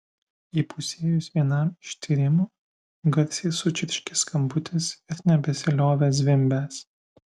įpusėjus vienam iš tyrimų garsiai sučirškė skambutis ir nebesiliovė zvimbęs